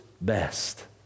best